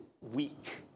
weak